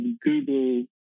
Google